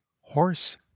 horse